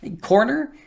corner